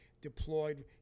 deployed